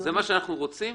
זה מה שאנחנו רוצים?